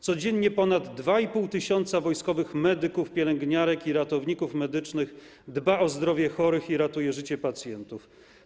Codziennie ponad 2,5 tys. wojskowych medyków, pielęgniarek i ratowników medycznych dba o zdrowie chorych i ratuje życie pacjentów.